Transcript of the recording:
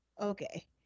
okay